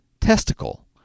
testicle